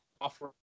offer